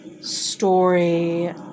Story